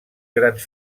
grans